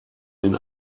den